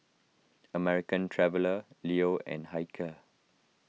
American Traveller Leo and Hilker